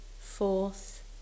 fourth